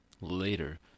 later